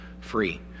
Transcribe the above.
free